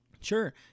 Sure